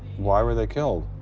why were they killed?